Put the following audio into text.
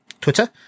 twitter